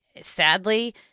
sadly